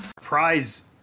Prize